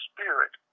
Spirit